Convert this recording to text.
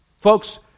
Folks